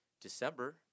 December